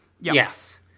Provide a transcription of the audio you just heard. Yes